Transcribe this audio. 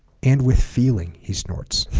and with feeling he snorts